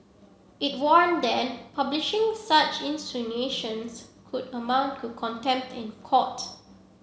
it warn that publishing such insinuations could amount to contempt in court